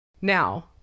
Now